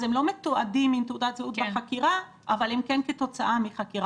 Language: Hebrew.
אז הם לא מתועדים עם תעודת זהות בחקירה אבל הם כן כתוצאה מחקירה.